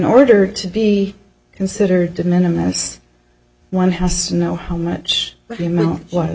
order to be considered to minimize one has to know how much he meant w